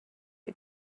you